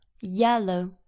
yellow